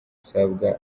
isabwa